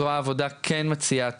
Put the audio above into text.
זרוע עבודה כן מציעה,